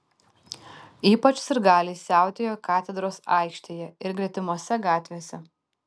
ypač sirgaliai siautėjo katedros aikštėje ir gretimose gatvėse